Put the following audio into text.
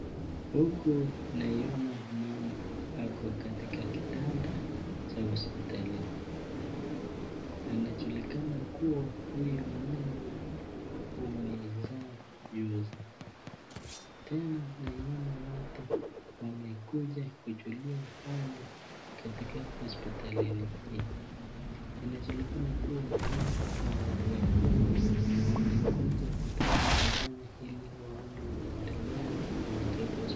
Huku tunaona mama who katika kitanda cha hospitalini. Inajulikana kuwa huyu mama amejifungua Juzi .Tena naiona watu wamekuja kujulia hali katika hospitali hii .Inajulikana kuwa hawa ni watu wa kwao wamekuja kutoka nyumbani ili waone wanaendelea aje na mtoto hospitalini.